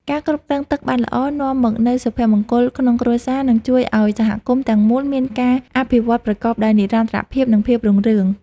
ការគ្រប់គ្រងទឹកបានល្អនាំមកនូវសុភមង្គលក្នុងគ្រួសារ និងជួយឱ្យសហគមន៍ទាំងមូលមានការអភិវឌ្ឍប្រកបដោយនិរន្តរភាព និង ភាពរុងរឿង។